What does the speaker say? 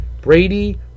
Brady